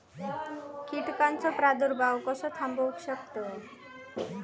कीटकांचो प्रादुर्भाव कसो थांबवू शकतव?